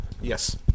Yes